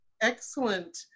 Excellent